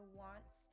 wants